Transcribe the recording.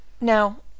Now